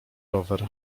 rower